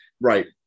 Right